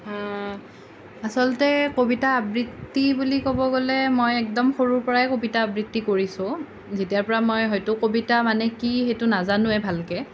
আচলতে কবিতা আবৃত্তি বুলি ক'ব গ'লে মই একদম সৰুৰ পৰায়ে কবিতা আবৃত্তি কৰিছোঁ যেতিয়াৰ পৰা মই হয়টো কবিতা মানে কি সেইটো নাজানোৱে ভালকৈ